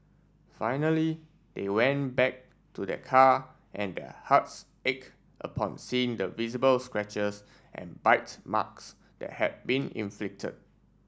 finally they went back to their car and their hearts ache upon seeing the visible scratches and bites marks that had been inflicted